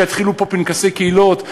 שיתחילו פה פנקסי קהילות?